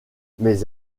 mes